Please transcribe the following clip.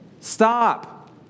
stop